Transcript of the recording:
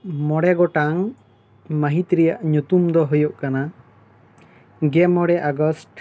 ᱢᱚᱬᱮ ᱜᱚᱴᱟᱝ ᱢᱟᱹᱦᱤᱛ ᱨᱮᱭᱟᱜ ᱧᱩᱛᱩᱢ ᱫᱚ ᱦᱩᱭᱩᱜ ᱠᱟᱱᱟ ᱜᱮᱢᱚᱬᱮ ᱟᱜᱚᱥᱴ